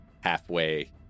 halfway